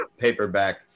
paperback